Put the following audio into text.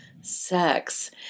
Sex